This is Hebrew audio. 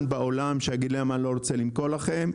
בעולם שיגיד להם שהוא לא רוצה למכור להם,